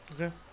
Okay